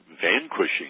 vanquishing